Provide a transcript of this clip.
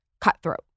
cutthroat